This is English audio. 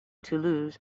toulouse